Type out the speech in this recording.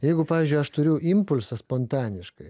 jeigu pavyzdžiui aš turiu impulsą spontaniškai